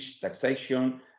taxation